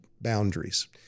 boundaries